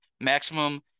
Maximum